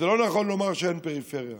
וזה לא נכון לומר שאין פריפריה.